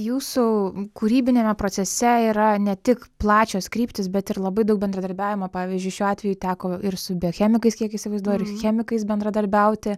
jūsų kūrybiniame procese yra ne tik plačios kryptys bet ir labai daug bendradarbiavimo pavyzdžiui šiuo atveju teko ir su biochemikais kiek įsivaizduoju ir chemikais bendradarbiauti